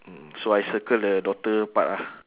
mm so I circle the daughter part ah